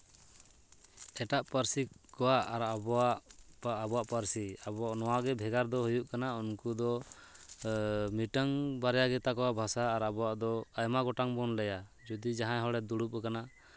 ᱮᱴᱟᱜ ᱯᱟᱹᱨᱥᱤ ᱠᱚᱣᱟᱜ ᱟᱨ ᱟᱵᱚᱣᱟᱜ ᱯᱟᱹᱨᱥᱤ ᱟᱵᱚᱣᱟᱜ ᱱᱚᱣᱟᱜᱮ ᱵᱷᱮᱜᱟᱨ ᱫᱚ ᱦᱩᱭᱩᱜ ᱠᱟᱱᱟ ᱩᱱᱠᱩ ᱫᱚ ᱢᱤᱫᱴᱟᱱ ᱵᱟᱨᱭᱟ ᱜᱮᱛᱟ ᱠᱚᱣᱟ ᱵᱷᱟᱥᱟ ᱟᱨ ᱟᱵᱚᱣᱟᱜ ᱫᱚ ᱟᱭᱢᱟ ᱜᱚᱴᱟᱝ ᱵᱚᱱ ᱞᱟᱹᱭᱟ ᱡᱩᱫᱤ ᱡᱟᱦᱟᱸᱭ ᱦᱚᱲᱮ ᱫᱩᱲᱩᱵ ᱟᱠᱟᱱᱟ